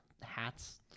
hats